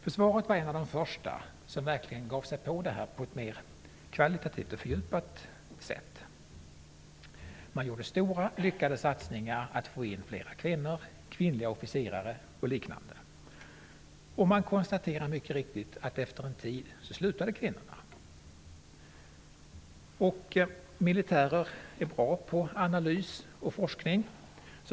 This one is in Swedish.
Försvaret var ett av de första områden där man verkligen gav sig på jämställdhetsfrågan på ett mera kvalitativt och fördjupat sätt. Man gjorde stora, lyckade satsningar för att få in flera kvinnor, t.ex. kvinnliga officerare. Man konstaterade mycket riktigt att efter en tid slutade kvinnorna. Militärer är bra på analys och forskning.